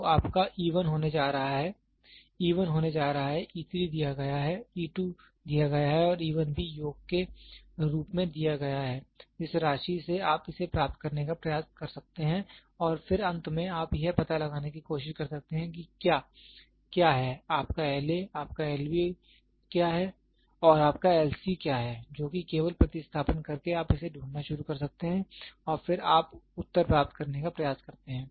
तो आपका e 1 होने जा रहा है e 1 होने जा रहा है e 3 दिया गया है है e 2 दिया गया है और e 1 भी योग के रूप में दिया गया है जिस राशि से आप इसे प्राप्त करने का प्रयास कर सकते हैं और फिर अंत में आप यह पता लगाने की कोशिश कर सकते हैं कि क्या है आपका L A आपका L B क्या है और आपका L C क्या है जो कि केवल प्रतिस्थापन करके आप इसे ढूंढना शुरू कर सकते हैं और फिर आप उत्तर प्राप्त करने का प्रयास करते हैं